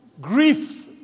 grief